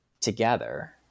together